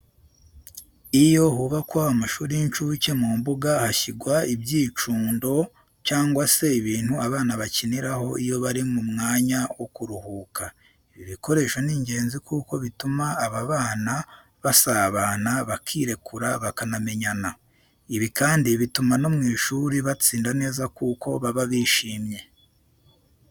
Iyo hubakwa amashuri y'incuke mu mbuga hashyirwa ibyicundo cyangwa se ibintu abana bakiniraho iyo bari mu mwanya wo kuruhuka. Ibi bikoresho ni ingenzi kuko bituma aba bana basabana, bakirekura, bakamenyana. Ibi kandi bituma no mu ishuri batsinda neza kuko baba bishyimye.